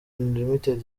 unlimited